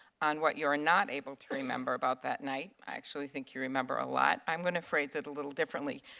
on what you are not able to remember about that night. i actually think you remember a lot and i'm going to phrase it a little differently.